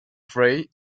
fray